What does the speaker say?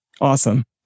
Awesome